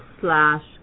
slash